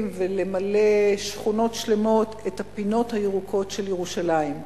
ולמלא בשכונות שלמות את הפינות הירוקות של ירושלים.